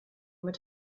mit